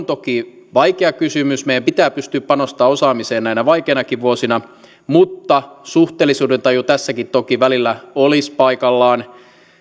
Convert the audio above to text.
toki vaikea kysymys meidän pitää pystyä panostamaan osaamiseen näinä vaikeinakin vuosina mutta suhteellisuudentaju tässäkin toki välillä olisi paikallaan